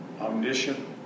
omniscient